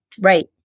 Right